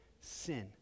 sin